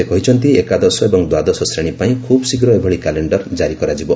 ସେ କହିଛନ୍ତି ଏକାଦଶ ଏବଂ ଦ୍ୱାଦଶ ଶ୍ରେଣୀ ପାଇଁ ଖୁବ୍ ଶୀଘ୍ର ଏଭଳି କ୍ୟାଲେଣ୍ଡର ଜାରି କରାଯିବ